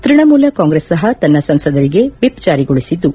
ತೃಣಮೂಲ ಕಾಂಗ್ರೆಸ್ ಸಹ ತನ್ನ ಸಂಸದರಿಗೆ ವಿಪ್ ಜಾರಿಗೊಳಿಸಿದ್ದು